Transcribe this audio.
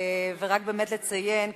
ורק באמת לציין,